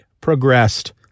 progressed